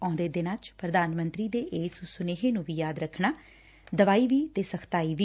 ਆਉਂਦੇ ਦਿਨਾਂ 'ਚ ਪ੍ਰਧਾਨ ਮੰਤਰੀ ਦੇ ਇਸ ਸੁਨੇਹੇ ਨੂੰ ਵੀ ਯਾਦ ਰੱਖਣਾ ਦਵਾਈ ਵੀ ਤੇ ਸਖਤਾਈ ਵੀ